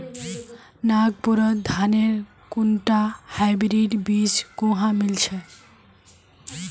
नागपुरत धानेर कुनटा हाइब्रिड बीज कुहा मिल छ